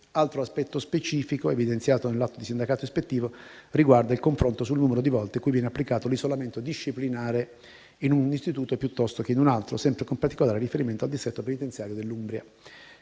Altro aspetto specifico evidenziato nell'atto di sindacato ispettivo riguarda il confronto sul numero di volte in cui viene applicato l'isolamento disciplinare in un istituto piuttosto che in un altro, sempre con particolare riferimento al distretto penitenziario dell'Umbria.